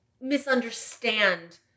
misunderstand